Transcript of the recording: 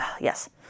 Yes